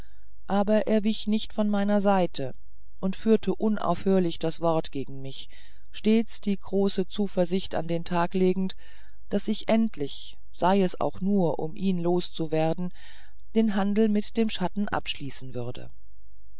aber er wich nicht von meiner seite und führte unaufhörlich das wort gegen mich stets die größte zuversicht an den tag legend daß ich endlich sei es auch nur um ihn los zu werden den handel mit dem schatten abschließen würde